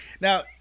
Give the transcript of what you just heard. Now